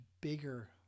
bigger